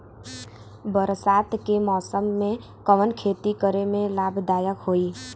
बरसात के मौसम में कवन खेती करे में लाभदायक होयी?